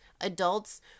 adults